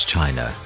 China